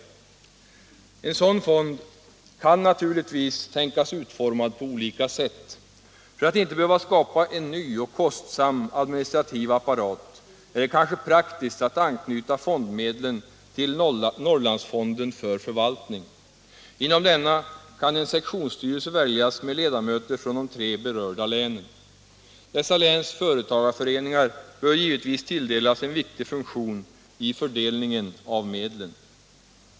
sysselsättningssti En sådan fond kan naturligtvis tänkas utformad på olika sätt. För - mulerande åtgäratt inte behöva skapa en ny och kostsam administrativ apparat är det — der, m.m. kanske praktiskt att anknyta fondmedlen till Norrlandsfonden för förvaltning. Inom denna kan en sektionsstyrelse väljas med ledamöter från de tre berörda länen. Dessa läns företagareföreningar bör givetvis tilldelas en viktig funktion i fördelningen av medlen.